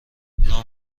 نام